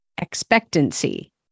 expectancy